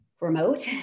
remote